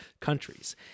countries